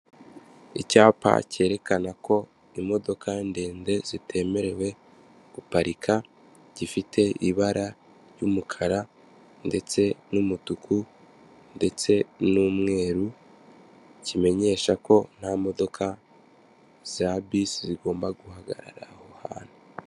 Icyapa kerekana ko imodoka ndende zitemerewe guparika, gifite ibara ry'umukara ndetse n'umutuku ndetse n'umweru, kimenyesha ko nta modoka za bisi zigomba guhagarara aho hantu.